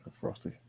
frosty